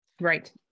Right